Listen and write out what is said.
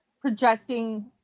projecting